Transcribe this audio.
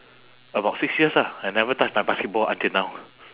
about six years ah I never touch my basketball until now